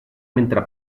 mentre